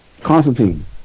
Constantine